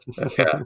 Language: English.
Okay